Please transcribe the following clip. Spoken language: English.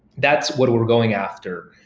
that's what we're going after.